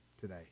today